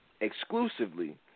exclusively